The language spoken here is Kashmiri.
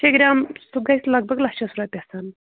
شےٚ گرٛام سُہ گژھِ لگ بگ لَچھَس رۄپیَن